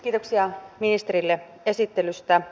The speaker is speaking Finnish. kiitoksia ministerille esittelystä